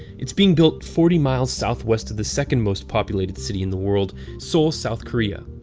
it's being built forty miles southwest of the second-most populated city in the world, seoul, south korea.